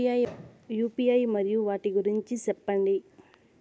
UPI మరియు వాటి గురించి సెప్పండి?